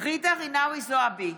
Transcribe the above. ג'ידא רינאוי זועבי,